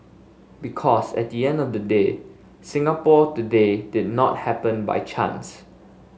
because at the end of the day Singapore today did not happen by chance